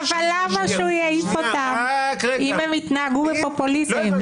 אבל מה שהוא יעיף אותה אם הם התנהגו כפופוליטיים?